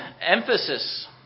emphasis